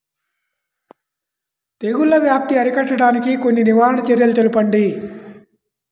తెగుళ్ల వ్యాప్తి అరికట్టడానికి కొన్ని నివారణ చర్యలు తెలుపండి?